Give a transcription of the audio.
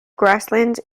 grasslands